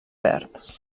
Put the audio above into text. verd